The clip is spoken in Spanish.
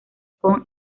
con